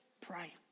pray